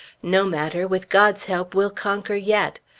no matter! with god's help we'll conquer yet!